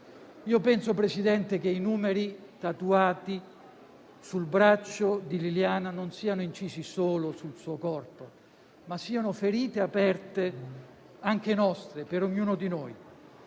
Penso, Presidente, che i numeri tatuati sul braccio di Liliana non siano incisi solo sul suo corpo, ma siano ferite aperte anche per ognuno di noi.